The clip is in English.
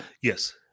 Yes